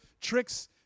tricks